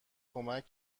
کمک